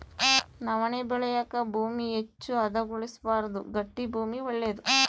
ನವಣೆ ಬೆಳೆಯಾಕ ಭೂಮಿ ಹೆಚ್ಚು ಹದಗೊಳಿಸಬಾರ್ದು ಗಟ್ಟಿ ಭೂಮಿ ಒಳ್ಳೇದು